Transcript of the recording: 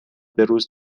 بهروز